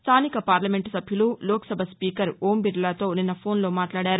స్థానిక పార్లమెంట్ సభ్యులు లోక్సభ స్పీకర్ ఓంబిర్లాతో నిన్న ఫోన్లో మాట్లాడారు